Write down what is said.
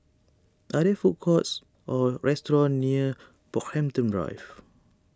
are there food courts or restaurants near Brockhampton Drive